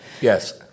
Yes